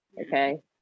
Okay